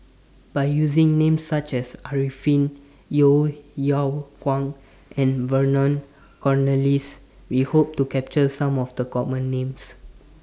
By using Names such as Arifin Yeo Yeow Kwang and Vernon Cornelius We Hope to capture Some of The Common Names